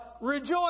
rejoice